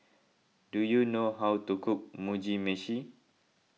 do you know how to cook Mugi Meshi